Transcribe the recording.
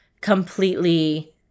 completely